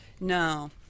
No